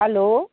hello